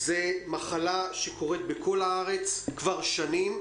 זה מחלה שקורית בכל הארץ כבר שנים.